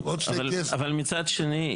מצד שני,